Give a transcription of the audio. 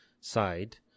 side